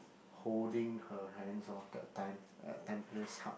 holding her hands lor that time at Tampines Hub